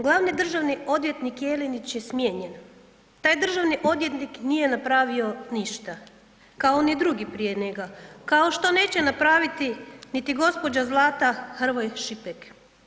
Glavni državni odvjetnik Jelinić je smijenjen, taj državni odvjetnik nije napravio ništa kao ni drugi prije njega, kao što neće napraviti niti gospođa Zlata Hrvoj Šipek.